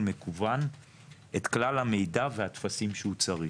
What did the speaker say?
מקוון את כלל המידע והטפסים שהוא צריך.